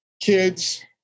kids